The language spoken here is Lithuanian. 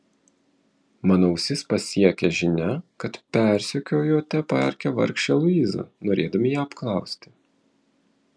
mano ausis pasiekė žinia kad persekiojote parke vargšę luizą norėdami ją apklausti